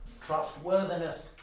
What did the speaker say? trustworthiness